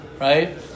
right